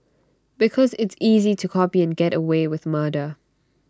because it's easy to copy and get away with murder